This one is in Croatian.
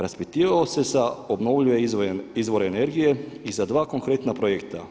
Raspitivao se za obnovljive izvore energije i za dva konkretna projekta.